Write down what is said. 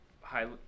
high